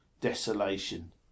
desolation